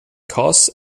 costs